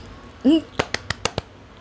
mm